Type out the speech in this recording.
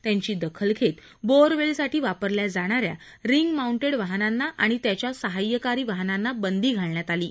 त्यांची दखल घेत बोअरवेलसाठी वापरल्या जाणा या रिग माऊंटेडवाहनांना आणि त्याच्या सहाय्यकारी वाहनांना बंदी घालण्यात आली आहे